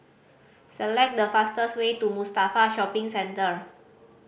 select the fastest way to Mustafa Shopping Centre